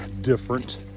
different